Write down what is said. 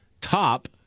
top